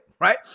right